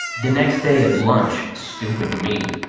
the next day at lunch, stupid me,